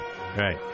Right